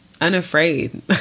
unafraid